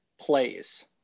plays